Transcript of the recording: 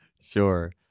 Sure